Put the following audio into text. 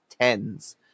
tens